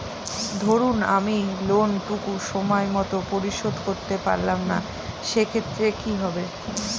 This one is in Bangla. ধরুন আমি লোন টুকু সময় মত পরিশোধ করতে পারলাম না সেক্ষেত্রে কি হবে?